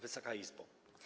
Wysoka Izbo!